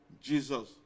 jesus